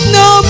no